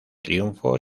triunfo